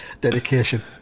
Dedication